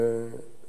גם זה לא פשוט.